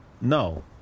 No